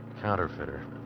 Counterfeiter